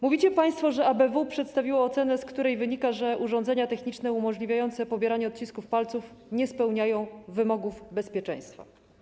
Mówicie państwo, że ABW przedstawiło ocenę, z której wynika, że urządzenia techniczne umożliwiające pobieranie odcisków palców nie spełniają wymogów bezpieczeństwa.